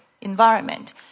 environment